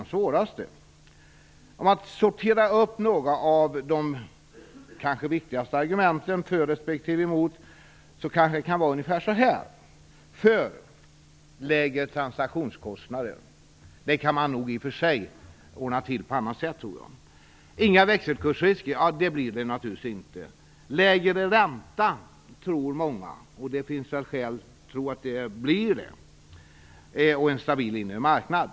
Om jag skall sortera några av de kanske viktigaste argumenten för EMU blir de: - Lägre transaktionskostnader. Det kan man nog i och för sig ordna till på annat sätt, tror jag. - Inga växelkursrisker. Det blir det naturligtvis inte. - Lägre ränta. Det tror många att det blir, och det finns väl skäl för det. - En stabil inre marknad.